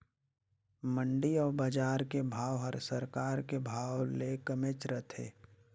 मंडी अउ बजार के भाव हर सरकार के भाव ले कमेच रथे